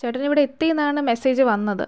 ചേട്ടനിവിടെ എത്തി എന്നാണ് മെസേജ് വന്നത്